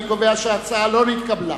אני קובע שההצעה לא נתקבלה.